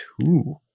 two